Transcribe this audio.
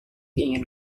ingin